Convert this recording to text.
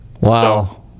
Wow